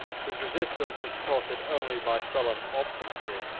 whose resistance was supported only by sullen obstinacy,